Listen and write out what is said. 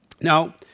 Now